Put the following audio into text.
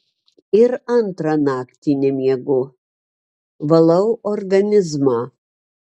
ir antrą naktį nemiegu valau organizmą